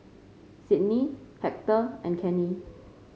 Sidney Hector and Kenny